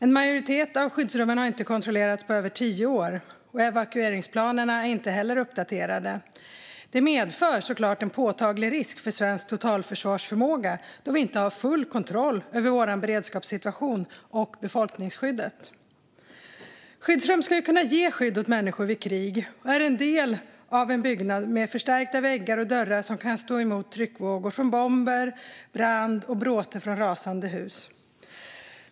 En majoritet av skyddsrummen har inte kontrollerats på över tio år, och evakueringsplanerna är inte heller uppdaterade. Detta medför såklart en påtaglig risk för svensk totalförsvarsförmåga, då vi inte har full kontroll över vår beredskapssituation och befolkningsskyddet. Skyddsrum ska kunna ge skydd åt människor vid krig och är en del av en byggnad med förstärkta väggar och dörrar som kan stå emot tryckvågor från bomber, brand och bråte från rasande hus.